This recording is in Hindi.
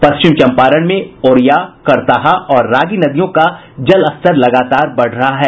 पश्चिम चम्पारण में ओरिया करताहा और रागी नदियों का जलस्तर बढ़ रहा है